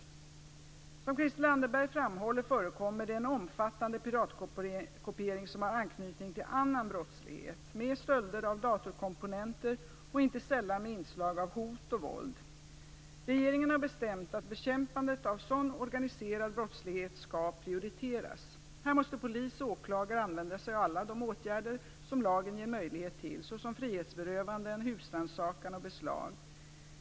Som Christel Anderberg framhåller förekommer det en omfattande piratkopiering som har anknytning till annan brottslighet - med stölder av datorkomponenter och inte sällan med inslag av hot och våld. Regeringen har bestämt att bekämpandet av sådan organiserad brottslighet skall prioriteras. Här måste polis och åklagare använda sig av alla de åtgärder som lagen ger möjlighet till, såsom frihetsberövanden, husrannsakan och beslag.